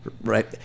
Right